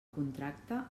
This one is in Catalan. contracte